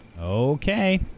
Okay